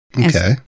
Okay